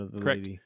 correct